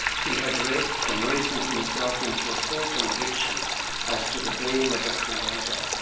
he had read and reasoned himself into a full conviction as to the being of a creator.